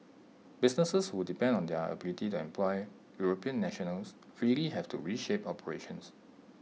businesses who depend on their ability to employ european nationals freely have to reshape operations